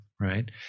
right